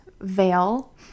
veil